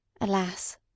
Alas